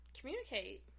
communicate